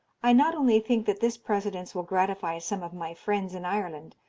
i not only think that this precedence will gratify some of my friends in ireland,